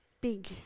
big